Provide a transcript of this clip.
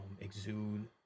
exude